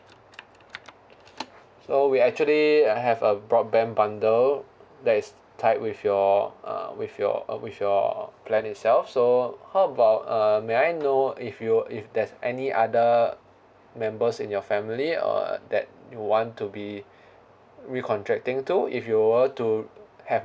so we actually uh have a broadband bundle that is tied with your uh with your uh with your plan itself so how about uh may I know if you if there's any other members in your family uh that you want to be re-contracting to if you were to have